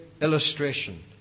illustration